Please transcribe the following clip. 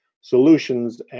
Solutions